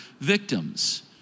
victims